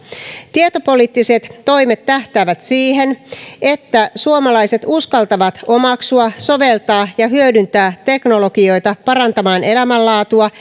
tietopoliittiset toimet tähtäävät siihen että suomalaiset uskaltavat omaksua soveltaa ja hyödyntää teknologioita parantamaan elämänlaatua